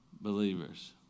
believers